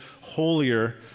holier